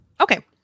okay